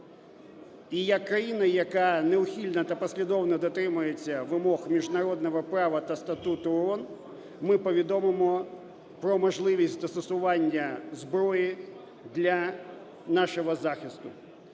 І як країна, яка неухильно та послідовно дотримується вимог міжнародного права та Статуту ООН, ми повідомимо про можливість застосування зброї для нашого захисту.